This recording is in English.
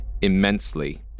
immensely